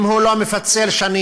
אם הוא לא מפצל שנים,